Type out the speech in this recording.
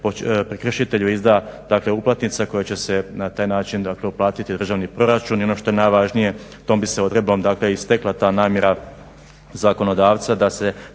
prekršitelju izda uplatnica koja će se na taj način uplatiti u državni proračun. I ono što je najvažnije tom bi se odredbom i stekla ta namjera zakonodavca da se